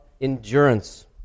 endurance